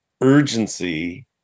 Urgency